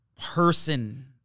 person